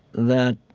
that